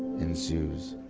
in zoos.